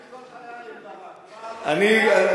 אני כל חיי עם ברק, מה, ?